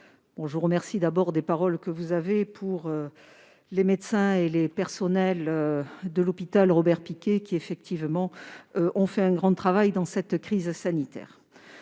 je vous remercie tout d'abord des paroles que vous avez eues pour les médecins et personnels de l'hôpital Robert-Picqué, qui, effectivement, ont réalisé un important travail dans cette crise sanitaire.